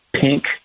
pink